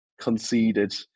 conceded